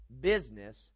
business